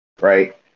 Right